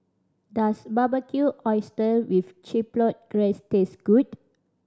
does Barbecued Oyster with Chipotle Glaze taste good